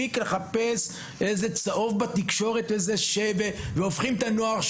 להפסיק לחפש בהם בעיות כי יש לנו אחלה נוער,